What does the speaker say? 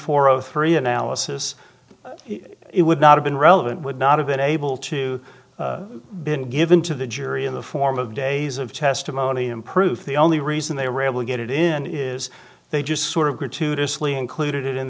zero three analysis it would not have been relevant would not have been able to been given to the jury in the form of days of testimony improves the only reason they were able to get it in is they just sort of gratuitously included i